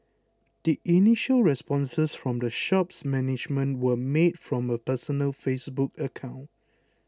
the initial responses from the shop's management were made from a personal Facebook account